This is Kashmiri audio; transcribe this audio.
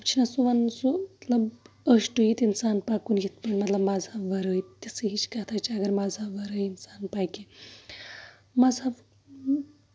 مطلب چھُ سُہ ونان سُہ مطلب أچھ ٹُوِتھ اِنسان پَکُن یِتھ پٲٹھۍ مطلب مَزہب وَرٲے تِژھٕے ہِش کَتھا چھِ اَگر مزہب وَرٲے اِنسان پَکہِ مَزہب